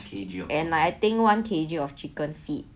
and I think one K_G of chicken feet